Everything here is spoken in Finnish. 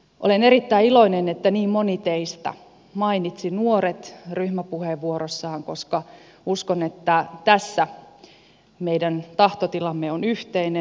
olen erittäin iloinen että niin moni teistä mainitsi nuoret ryhmäpuheenvuorossaan koska uskon että tässä meidän tahtotilam me on yhteinen